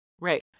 right